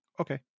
Okay